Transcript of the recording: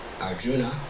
Arjuna